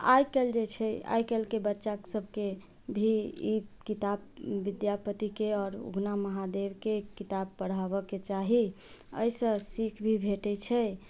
आइ काल्हि जे छै आइ काल्हि के बच्चा सबके भी ई किताब विद्यापति के आओर उगना महादेव के किताब पढ़ाबऽ के चाही एहिसॅं सीख भी भेटै छै